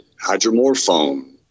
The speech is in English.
hydromorphone